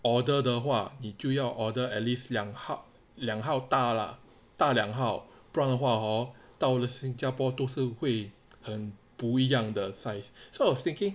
order 的话你就要 order at least 两号两号大 lah 大两号不然的话 hor 到了新加坡都是会很不一样的 size so I was thinking